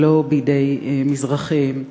ולא בידי מזרחים,